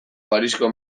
parisko